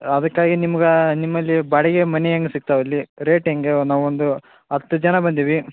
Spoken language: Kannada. ಅದಕ್ಕಾಗಿ ನಿಮಗೆ ನಿಮ್ಮಲ್ಲಿ ಬಾಡಿಗೆ ಮನೆ ಹೆಂಗೆ ಸಿಕ್ತಾವೆ ಇಲ್ಲಿ ರೇಟ್ ಹೇಗೆ ನಾವೊಂದು ಹತ್ತು ಜನ ಬಂದೀವಿ